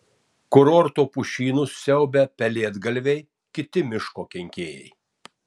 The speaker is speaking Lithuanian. kurorto pušynus siaubia pelėdgalviai kiti miško kenkėjai